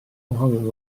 ohonom